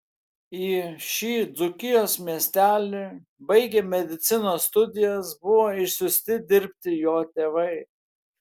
į šį dzūkijos miestelį baigę medicinos studijas buvo išsiųsti dirbti jo tėvai